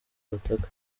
bataka